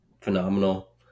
phenomenal